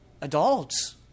adults